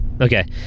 Okay